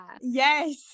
yes